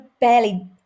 barely